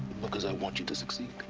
because i want you to succeed